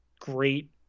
great